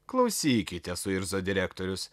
klausykite suirzo direktorius